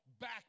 back